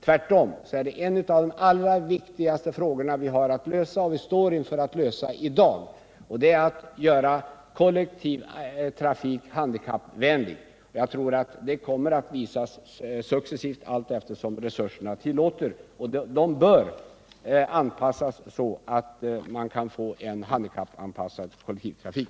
Tvärtom, de tillhör de allra viktigaste frågor som vi står inför att lösa i dag, just hur man skall göra kollektivtrafiken handikappvänlig. Jag tror att vi kommer närmare den frågans lösning allteftersom resurserna tillåter, och jag anser att resurser bör ställas till förfogande i sådan utsträckning att man kan få en handikappanpassad kollektivtrafik.